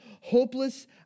hopeless